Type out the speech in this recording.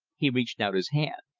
he reached out his hand.